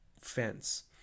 fence